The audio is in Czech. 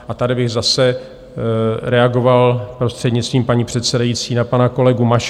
A tady bych zase reagoval, prostřednictvím paní předsedající, na pana kolegu Maška.